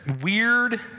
weird